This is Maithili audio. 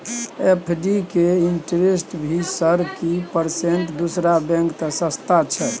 एफ.डी के इंटेरेस्ट अभी सर की परसेंट दूसरा बैंक त सस्ता छः?